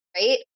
right